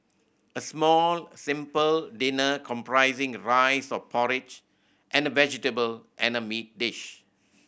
a small simple dinner comprising rice or porridge and vegetable and meat dish